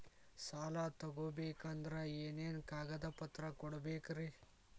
ಸಾಲ ತೊಗೋಬೇಕಂದ್ರ ಏನೇನ್ ಕಾಗದಪತ್ರ ಕೊಡಬೇಕ್ರಿ?